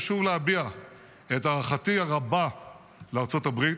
אני רוצה שוב להביע את הערכתי הרבה לארצות הברית,